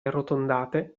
arrotondate